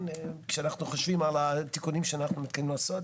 כשאנחנו חושבים על התיקונים שאנחנו מתכוונים לעשות?